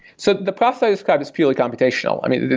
so the process i described is purely computational. i mean,